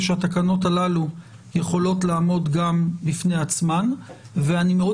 שהתקנות הללו יכולות לעמוד גם בפני עצמן ואני מאוד